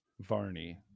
Varney